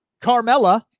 Carmella